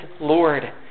Lord